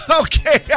Okay